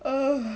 err